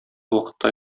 вакытта